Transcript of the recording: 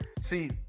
See